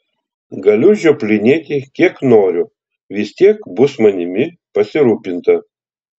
galiu žioplinėti kiek noriu vis tiek bus manimi pasirūpinta